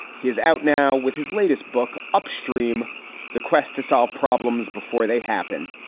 he is out now with his latest book, upstream the quest to solve problems before they happen.